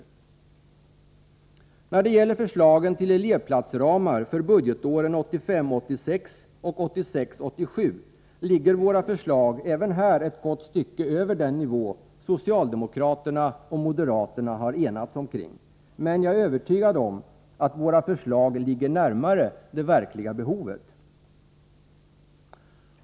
Även när det gäller förslagen till elevplatsramar för budgetåren 1985 87 ligger våra förslag ett gott stycke över den nivå socialdemokraterna och moderaterna har enats om, men jag är övertygad om att våra förslag ligger närmare det verkliga behovet.